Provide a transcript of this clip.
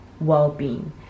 well-being